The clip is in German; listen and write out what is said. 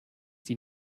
die